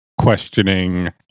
questioning